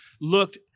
looked